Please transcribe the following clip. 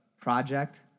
project